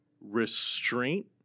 restraint